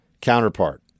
counterpart